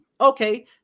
Okay